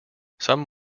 some